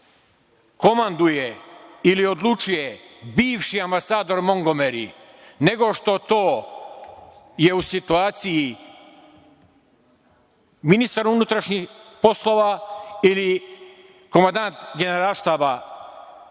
komanduje ili odlučuje bivši ambasador Montgomeri, nego što to je u situaciji ministar unutrašnjih poslova ili komandant Generalštaba